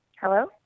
Hello